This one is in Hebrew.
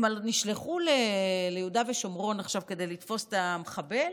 הם נשלחו ליהודה ושומרון עכשיו כדי לתפוס את המחבל.